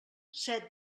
set